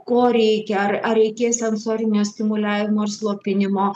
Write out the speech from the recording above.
ko reikia ar ar reikės sensorinio stimuliavimo ir slopinimo